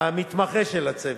המתמחה של הצוות.